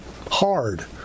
hard